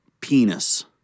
penis